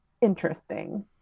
interesting